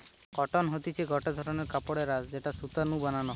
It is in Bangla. কটন হতিছে গটে ধরণের কাপড়ের আঁশ যেটি সুতো নু বানানো হয়